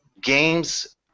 games